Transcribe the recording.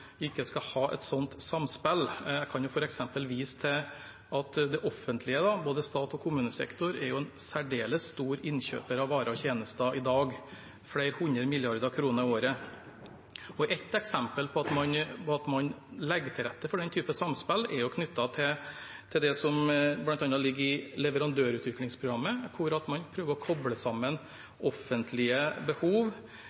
ikke skal ha et slikt samspill. Jeg kan f.eks. vise til at det offentlige, både staten og kommunesektoren, er en særdeles stor innkjøper av varer og tjenester i dag – for flere hundre milliarder kroner i året. Et eksempel på at man legger til rette for den typen samspill, er knyttet til det som ligger i leverandørutviklingsprogrammet, hvor man prøver å koble